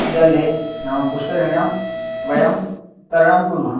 जले नाम पुष्करिण्यां वयं तरणं कुर्मः